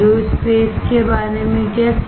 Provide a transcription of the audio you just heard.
aerospace के बारे में क्या